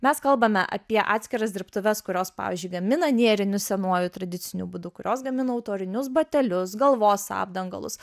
mes kalbame apie atskiras dirbtuves kurios pavyzdžiui gamina nėrinius senuoju tradiciniu būdu kurios gamino autorinius batelius galvos apdangalus